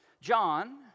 John